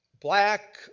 black